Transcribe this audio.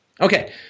Okay